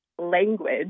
language